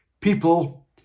people